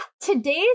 Today's